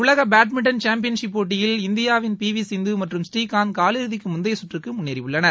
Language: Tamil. உலக பேட்மின்டன் சாம்பியன்ஷிப் போட்டியில் இந்தியாவின் பி வி சிந்து மற்றும் ஸ்ரீகாந்த் காலிறுதிக்கு முந்தைய சுற்றுக்கு முன்னேறியுள்ளனர்